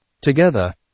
Together